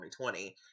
2020